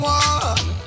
one